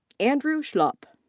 andrew schlup.